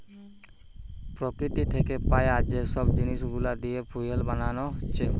প্রকৃতি থিকে পায়া যে সব জিনিস গুলা দিয়ে ফুয়েল বানানা হচ্ছে